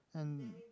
and